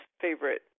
favorite